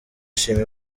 shima